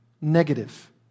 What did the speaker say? negative